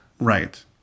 Right